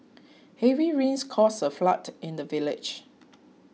heavy rains caused a flood in the village